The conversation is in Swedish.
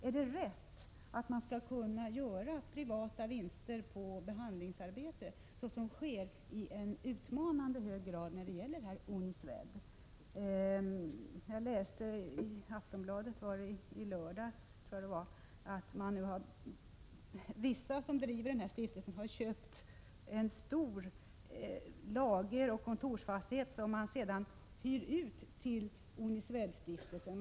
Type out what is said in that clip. Är det rätt att man skall kunna göra privata vinster på behandlingsarbete, så som sker i en utmanande hög grad när det gäller Uniswed? Jag läste i Aftonbladet i lördags att några av dem som driver Uniswed har köpt en stor lageroch kontorsfastighet som man sedan hyr ut till stiftelsen Uniswed.